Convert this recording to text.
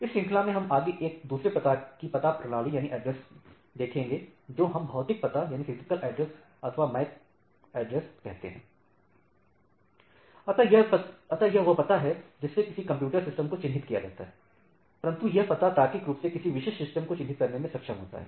इस श्रृंखला में हम आगे एक दूसरे प्रकार की पता प्रणाली देखेंगे जिसे हम भौतिक पता अथवा मैक पता कहते हैं l अतः यह वह पता है जिससे किसी कंप्यूटर सिस्टम को चिन्हित किया जाता है परंतु यह पता तार्किक रूप से किसी विशिष्ट सिस्टम को चिन्हित करने में सक्षम होता है